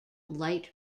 light